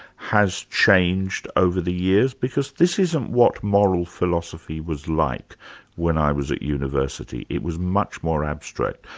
has changed over the years? because this isn't what moral philosophy was like when i was at university, it was much more abstract.